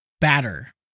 batter